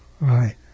Right